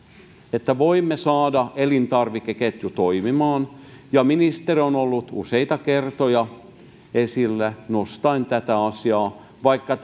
että voimme saada elintarvikeketjun toimimaan ministeri on ollut useita kertoja esillä nostaen tätä asiaa ja vaikka